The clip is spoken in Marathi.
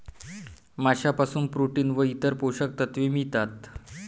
माशांपासून प्रोटीन व इतर पोषक तत्वे मिळतात